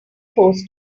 post